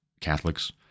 Catholics